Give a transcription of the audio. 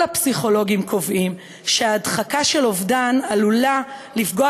כל הפסיכולוגים קובעים שהדחקה של אובדן עלולה לפגוע